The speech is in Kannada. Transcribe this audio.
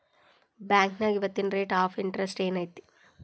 ಬಾಂಕ್ನ್ಯಾಗ ಇವತ್ತಿನ ರೇಟ್ ಆಫ್ ಇಂಟರೆಸ್ಟ್ ಏನ್ ಐತಿ